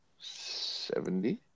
Seventy